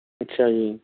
ਅੱਛਾ ਜੀ